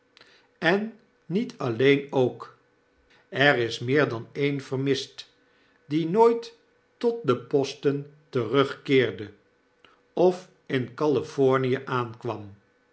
en niet alleen ook er is meer dan een vermist die nooit tot de posten terugkeerde of in california aankwam